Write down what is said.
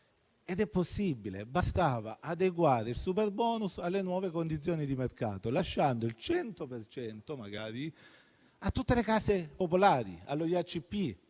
ed è possibile; bastava adeguare il superbonus alle nuove condizioni di mercato, lasciando il 100 per cento magari a tutte le case popolari, all'Istituto